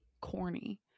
corny